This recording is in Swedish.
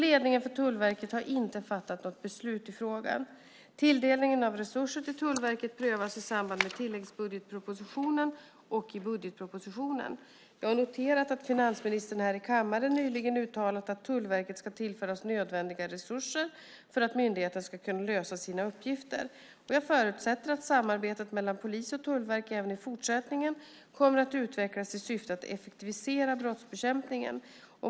Ledningen för Tullverket har inte fattat något beslut i frågan. Tilldelningen av resurser till Tullverket prövas i samband med tilläggsbudgetpropositionen och i budgetpropositionen. Jag har noterat att finansministern här i kammaren nyligen uttalat att Tullverket ska tillföras nödvändiga resurser för att myndigheten ska kunna lösa sina uppgifter. Jag förutsätter att samarbetet mellan polis och tullverk även i fortsättningen kommer att utvecklas i syfte att effektivisera brottsbekämpningen.